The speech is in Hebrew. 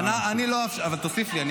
אבל תוסיף לי.